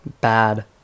bad